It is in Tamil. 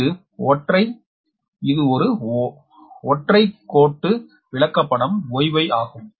இது ஒரு ஒற்றை கோட்டு வரி விளக்கப்படம் Y Y ஆகும்